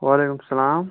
وعلیکُم اسلام